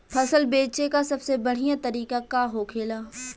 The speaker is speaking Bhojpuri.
फसल बेचे का सबसे बढ़ियां तरीका का होखेला?